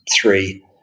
three